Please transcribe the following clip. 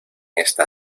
esta